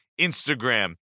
Instagram